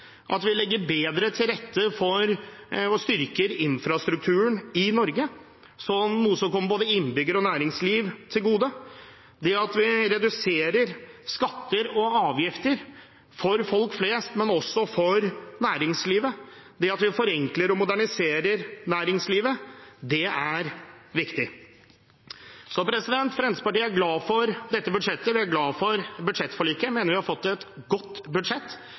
og vi legger bedre til rette for og styrker infrastrukturen i Norge, noe som kommer både innbyggere og næringsliv til gode. Det at vi reduserer skatter og avgifter for folk flest, men også for næringslivet, det at vi forenkler og moderniserer næringslivet, er viktig. Så Fremskrittspartiet er glad for dette budsjettet, vi er glad for budsjettforliket. Vi mener vi har fått et godt budsjett